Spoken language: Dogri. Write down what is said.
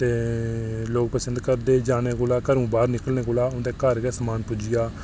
ते लोक पसंद करदे जाने कोला घरै बाह्र निकलने कोला उं'दे घर गै समान पुज्जी जा